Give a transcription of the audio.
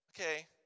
Okay